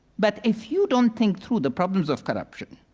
but if you don't think through the problems of corruption,